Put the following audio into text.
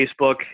Facebook